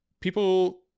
people